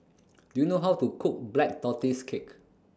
Do YOU know How to Cook Black Tortoise Cake